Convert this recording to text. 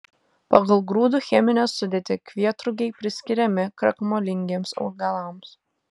pagal grūdų cheminę sudėtį kvietrugiai priskiriami krakmolingiems augalams